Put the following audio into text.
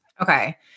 Okay